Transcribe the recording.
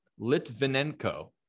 Litvinenko